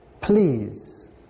please